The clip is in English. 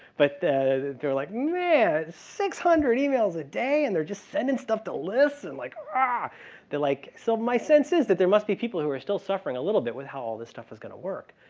but they're like, man, six hundred emails a day and they're just sending stuff to listen, like. ah they're like so my sense is that there must be people who are still suffering a little bit with how all the stuff is going to work,